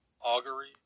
Augury